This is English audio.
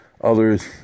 Others